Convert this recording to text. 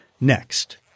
next